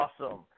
Awesome